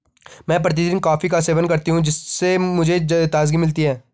मैं प्रतिदिन कॉफी का सेवन करती हूं जिससे मुझे ताजगी मिलती है